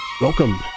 Welcome